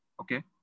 Okay